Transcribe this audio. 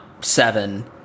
seven